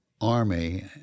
army